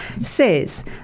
says